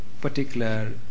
particular